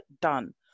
done